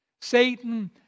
Satan